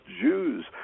Jews